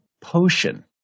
Potion